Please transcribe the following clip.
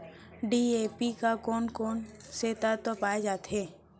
DAP म कोन कोन से तत्व पाए जाथे?